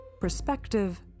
perspective